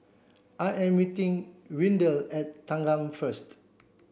I am meeting Windell at Thanggam first